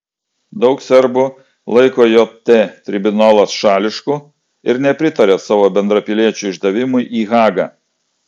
daug serbų laiko jt tribunolą šališku ir nepritaria savo bendrapiliečių išdavimui į hagą